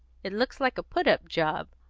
it looks like a put-up job.